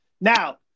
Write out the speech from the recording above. Now